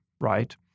Right